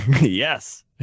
Yes